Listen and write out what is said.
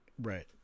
Right